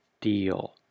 deal